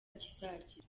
kizagira